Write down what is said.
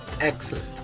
Excellent